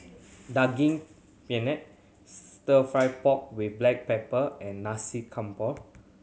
Daging Penyet Stir Fry pork with black pepper and Nasi Campur